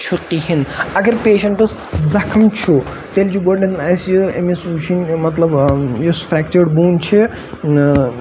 چھُ کہینۍ اَگَر پیشَنٹَس زَخٕم چھُ تیٚلہِ چھُ گۄڈنیٚتھ اَسہِ أمِس وٕچھِن مَطلَب یُس فریٚکچٲڈ بون چھِ